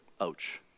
Ouch